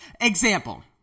example